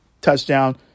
touchdown